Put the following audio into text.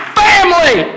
family